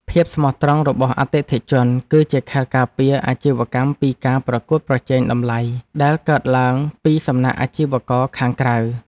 ភាពស្មោះត្រង់របស់អតិថិជន គឺជាខែលការពារអាជីវកម្មពីការប្រកួតប្រជែងតម្លៃដែលកើតឡើងពីសំណាក់អាជីវករខាងក្រៅ។